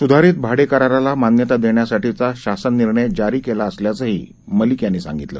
सुधारित भाडेकराला मान्यता देण्यासाठीचा शासन निर्णय जारी केला असल्याचंही मलिक यांनी सांगितलं